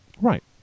right